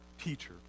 teacher